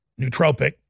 nootropic